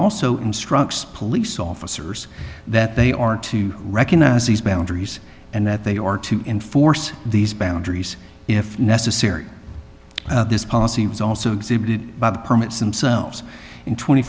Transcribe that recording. also instructs police officers that they are to recognize these boundaries and that they are to enforce these boundaries if necessary this policy was also exhibited by the permits them selves in twenty